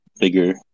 bigger